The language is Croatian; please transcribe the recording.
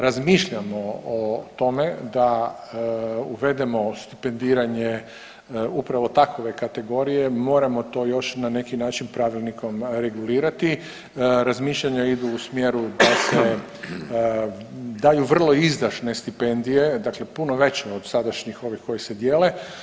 Razmišljamo o tome da uvedemo stipendiranje upravo takve kategorije, moramo to još na neki način pravilnikom regulirati, razmišljanja idu u smjeru da se daju vrlo izdašne stipendije, dakle puno veće od sadašnjih ovih koje se dijele.